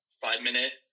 five-minute